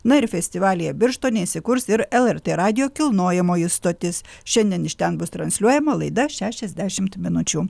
na ir festivalyje birštone įsikurs ir lrt radijo kilnojamoji stotis šiandien iš ten bus transliuojama laida šešiasdešimt minučių